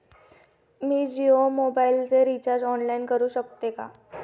मी जियो मोबाइलचे recharge online करू शकते का?